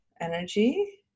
energy